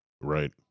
Right